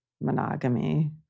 monogamy